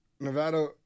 Nevada